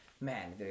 Man